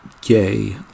gay